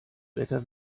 wetter